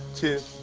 two,